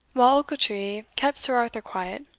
while ochiltree kept sir arthur quiet.